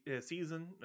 season